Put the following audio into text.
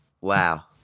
Wow